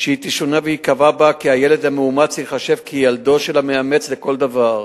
שהיא תשונה וייקבע בה כי הילד המאומץ ייחשב ילדו של המאמץ לכל דבר,